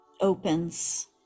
opens